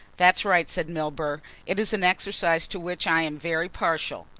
that's right, said milburgh, it is an exercise to which i am very partial.